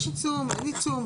יש עיצום, אין עיצום?